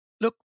look